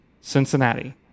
Cincinnati